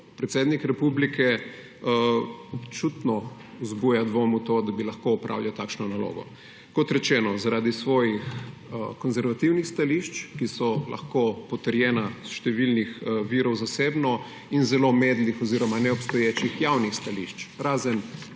predsednik republike, občutno vzbuja dvom v to, da bi lahko opravljal takšno nalogo. Kot rečeno, zaradi svojih konservativnih stališč, ki so lahko potrjena s številnih virov zasebno, in zelo medlih oziroma neobstoječih javnih stališč, razen